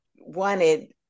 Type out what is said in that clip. wanted